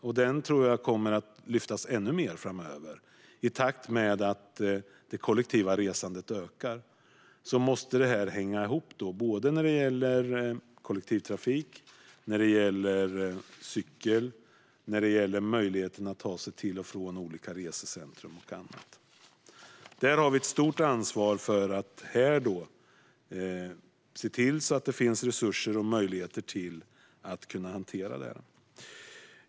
Jag tror att den kommer att lyftas fram ännu mer framöver i takt med att det kollektiva resandet ökar. Men detta måste hänga ihop, och det gäller såväl kollektivtrafik som cykel och möjligheten att ta sig till och från olika resecentrum och annat. Vi här har ett stort ansvar för att se till att det finns resurser och möjligheter att hantera detta. Herr talman!